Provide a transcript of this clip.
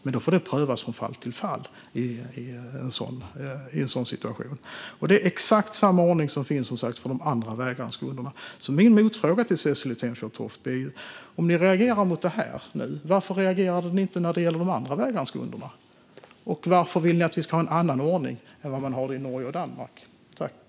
Men i en sådan situation får det prövas från fall till fall. Det är exakt samma ordning som finns för de andra vägransgrunderna. Min motfråga till Cecilie Tenfjord Toftby är: Om ni nu reagerar mot detta, varför reagerade ni inte när det gällde de andra vägransgrunderna? Och varför vill ni att vi ska ha en annan ordning än vad man har i Norge och Danmark?